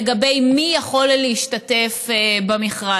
לגבי מי יכול להשתתף במכרז.